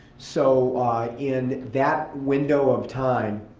so in that window of time,